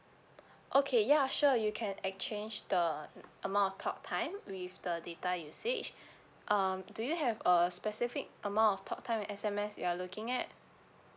okay ya sure you can exchange the mm amount of talk time with the data usage um do you have a specific amount of talk time and S_M_S you are looking at